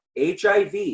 HIV